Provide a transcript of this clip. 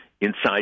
inside